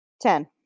Ten